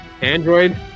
Android